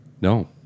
No